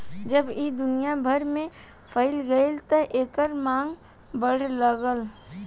जब ई दुनिया भर में फइल गईल त एकर मांग बढ़े लागल